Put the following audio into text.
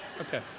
Okay